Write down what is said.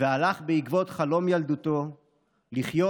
והלך בעקבות חלום ילדותו לחיות